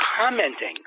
commenting